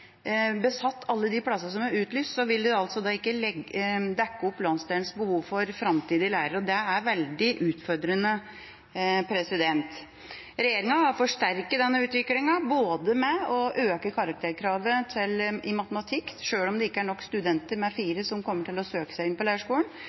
utlyst, ville man ikke dekket opp landsdelens behov for framtidige lærere. Det er veldig utfordrende. Regjeringa har forsterket denne utviklingen ved å øke karakterkravet i matematikk, sjøl om det ikke er nok studenter med